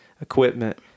equipment